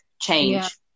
change